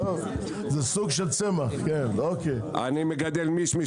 אני מגדל משמש,